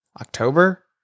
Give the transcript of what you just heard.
October